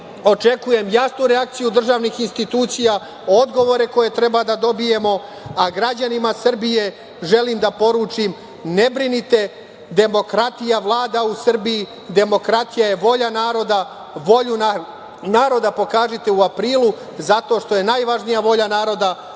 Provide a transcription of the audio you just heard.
očekujem jasnu reakciju državnih institucija, odgovore koje treba da dobijemo, a građanima Srbije želim da poručim – ne brinite, demokratija vlada u Srbiji, demokratija je volja naroda, volju naroda pokažite u aprilu, zato što je najvažnija volja naroda,